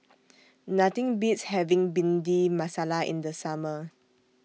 Nothing Beats having Bhindi Masala in The Summer